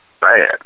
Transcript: bad